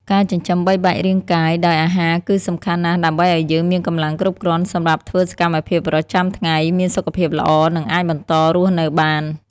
ការចិញ្ចឹមបីបាច់រាងកាយដោយអាហារគឺសំខាន់ណាស់ ដើម្បីឱ្យយើងមានកម្លាំងគ្រប់គ្រាន់សម្រាប់ធ្វើសកម្មភាពប្រចាំថ្ងៃ មានសុខភាពល្អ និងអាចបន្តរស់នៅបាន។